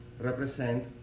represent